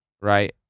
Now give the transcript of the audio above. right